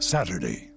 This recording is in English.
Saturday